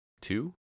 two